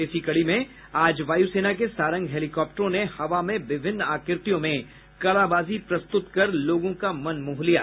इसी कड़ी में आज वायुसेना के सारंग हेलीकॉप्टरों ने हवा में विभिन्न आकृतियों में कलाबाजी प्रस्तुत कर लोगों का मन मोह लिया